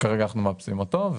שכרגע אנחנו מאפסים אותו,